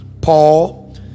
Paul